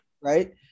Right